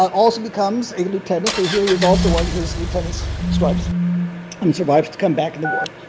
also becomes a lieutenant. so here he is also wearing his lieutenant's stripes and survived to come back in the war.